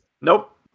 Nope